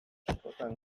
askotan